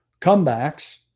comebacks